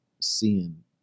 seeing